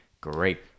great